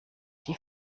die